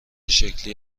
شکلی